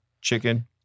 chicken